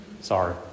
Sorry